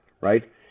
right